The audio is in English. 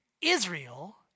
Israel—